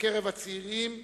בקרב הצעירים,